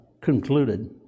concluded